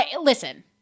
Listen